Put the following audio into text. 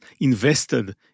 invested